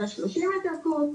אז ה-30 מטר קוב,